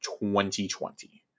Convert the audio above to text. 2020